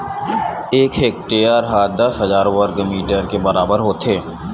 एक हेक्टेअर हा दस हजार वर्ग मीटर के बराबर होथे